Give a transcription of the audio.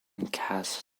cass